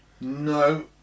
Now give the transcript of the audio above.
No